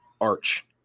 Arch